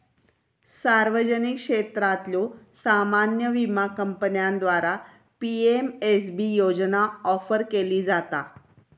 सार्वजनिक क्षेत्रातल्यो सामान्य विमा कंपन्यांद्वारा पी.एम.एस.बी योजना ऑफर केली जाता